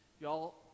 Y'all